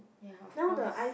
ya of course